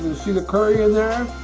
see the curry in there